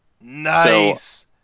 Nice